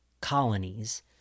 colonies